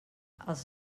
els